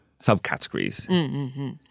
subcategories